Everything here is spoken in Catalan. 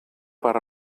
per